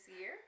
year